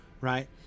right